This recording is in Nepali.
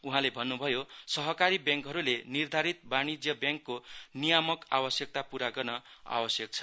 उहाँले भन्नुभयो सहकारी ब्याङ्ककहरूले निर्धारित वाणिज्य ब्याङ्कको नियामक आवश्यकता पूरा गर्न आवश्यक छ